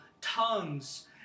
tongues